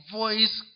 voice